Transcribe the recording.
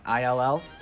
ILL